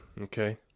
Okay